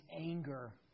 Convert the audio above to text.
anger